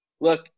look